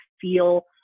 feel